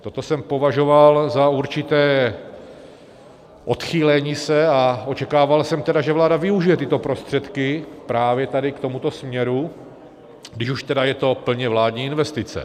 Proto jsem považoval za určité odchýlení se, a očekával jsem tedy, že vláda využije tyto prostředky právě k tomuto směru, když už tedy je to plně vládní investice.